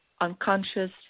unconscious